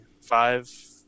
five